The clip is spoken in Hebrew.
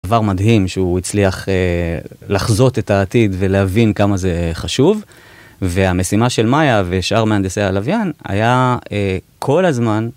דבר מדהים שהוא הצליח לחזות את העתיד ולהבין כמה זה חשוב והמשימה של מאיה ושאר מהנדסי הלוויין היה כל הזמן